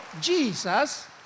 Jesus